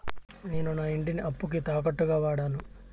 నేను నా ఇంటిని అప్పుకి తాకట్టుగా వాడాను